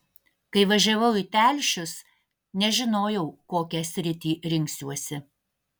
kai važiavau į telšius nežinojau kokią sritį rinksiuosi